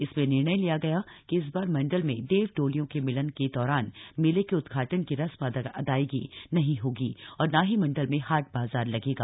इसमें निर्णय लिया गया कि इस बार मंडल में देव डोलियों के मिलन के दौरान मेले के उद्घाटन की रस्म अदायगी नहीं होगी और न ही मंडल में हाट बाजार लगेगा